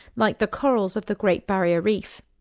like the corals of the great barrier reef.